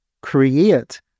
create